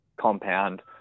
compound